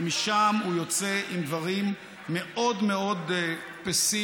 ומשם הוא יוצא עם דברים מאוד מאוד פסימיים